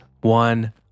one